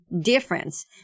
difference